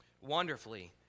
wonderfully